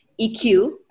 EQ